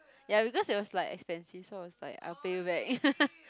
ya because it was like expensive so I was like I'll pay you back